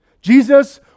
Jesus